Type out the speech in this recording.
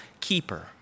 keeper